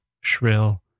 shrill